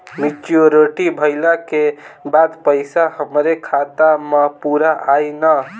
Maturity भईला के बाद पईसा हमरे खाता म पूरा आई न?